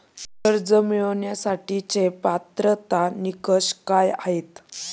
कर्ज मिळवण्यासाठीचे पात्रता निकष काय आहेत?